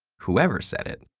whoever said it,